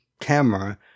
camera